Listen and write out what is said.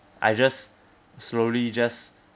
I just slowly just